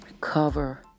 cover